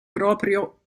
proprio